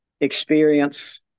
experience